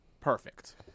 Perfect